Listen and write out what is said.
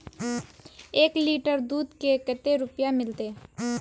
एक लीटर दूध के कते रुपया मिलते?